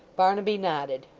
barnaby nodded.